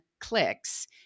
clicks